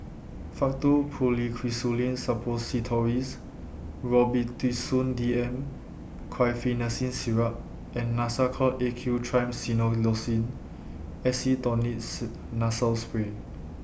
Faktu Policresulen Suppositories Robitussin D M Guaiphenesin Syrup and Nasacort A Q Triamcinolone Acetonide's Nasal Spray